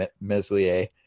Meslier